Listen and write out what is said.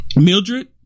Mildred